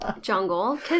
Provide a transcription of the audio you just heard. Jungle